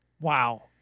Wow